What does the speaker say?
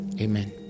amen